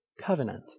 covenant